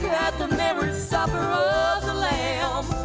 the marriage supper of the lamb